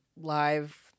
live